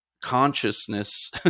consciousness